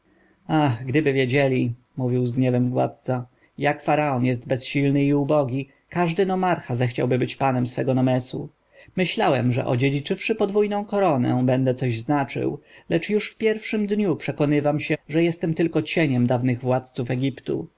ach gdyby wiedzieli mówił z gniewem władca jak faraon jest bezsilny i ubogi każdy nomarcha zechciałby być panem swego nomesu myślałem że odziedziczywszy podwójną koronę będę coś znaczył lecz już w pierwszym dniu przekonywam się że jestem tylko cieniem dawnych władców egiptu